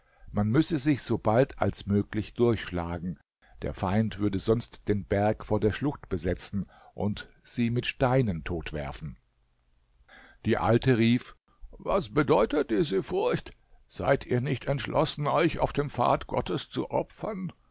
man müsse sich sobald als möglich durchschlagen der feind würde sonst den berg vor der schlucht besetzen und sie mit steinen totwerfen die alte rief was bedeutet diese furcht seid ihr nicht entschlossen euch auf dem pfad gottes zu opfern